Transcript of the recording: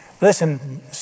Listen